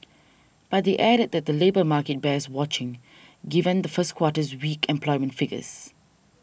but they added that the labour market bears watching given the first quarter's weak employment figures